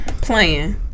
Playing